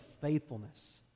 faithfulness